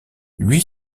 lui